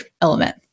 element